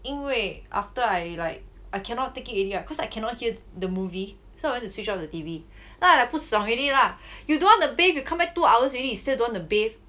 因为 after I like I cannot take it already lah cause I cannot hear the movie so I went to switch off the T_V then I like 不爽 already lah you don't want to bathe you come back two hours already you still don't want to bathe